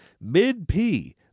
Mid-P